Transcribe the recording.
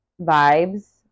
vibes